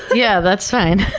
yeah that's fine.